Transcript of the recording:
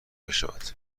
بشود